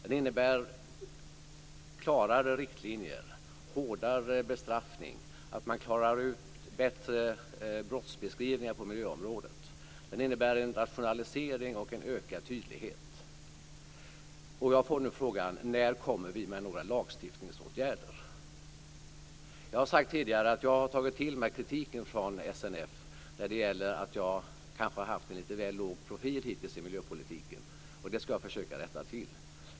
Den innebär klarare riktlinjer, hårdare bestraffning och att man bättre kan klara ut brottsbeskrivningar på miljöområdet. Den innebär en rationalisering och en ökad tydlighet. Och jag får nu frågan: När kommer vi med några lagstiftningsåtgärder? Jag har sagt tidigare att jag har tagit till mig kritiken från SNF som gäller att jag kanske har haft en lite väl låg profil hittills i miljöpolitiken, och det skall jag försöka rätta till.